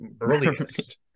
earliest